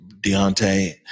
Deontay